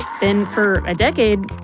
then for a decade,